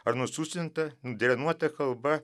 ar nususinta nudrenuota kalba